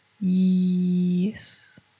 Yes